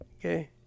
okay